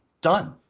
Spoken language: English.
Done